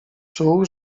czuł